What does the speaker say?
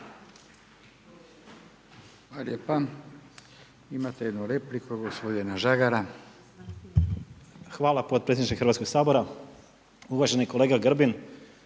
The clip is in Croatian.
Hvala.